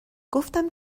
گفتم